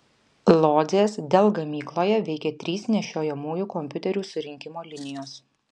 lodzės dell gamykloje veikia trys nešiojamųjų kompiuterių surinkimo linijos